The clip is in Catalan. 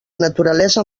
naturalesa